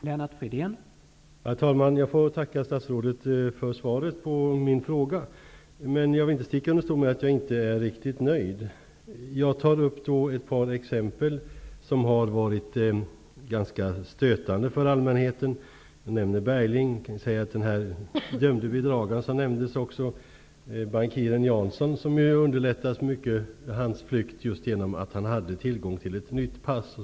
Herr talman! Jag tackar statsrådet för svaret på min fråga. Jag vill dock inte sticka under stol med att jag inte är riktigt nöjd. Jag tar upp ett par exempel som har varit ganska stötande för allmänheten. Jag nämnde Bergling. Den dömde bedragaren, bankiren Janson, nämndes också. Hans flykt underlättades mycket genom att han hade tillgång till ett nytt pass.